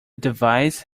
device